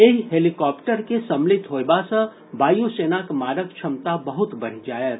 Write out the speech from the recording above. एहि हेलीकॉप्टर के सम्मिलित होयबा सॅ वायु सेनाक मारक क्षमता बहुत बढ़ि जाएत